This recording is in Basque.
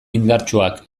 indartsuak